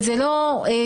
ואלה לא סיסמאות.